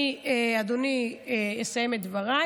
אני, אדוני, אסיים את דבריי.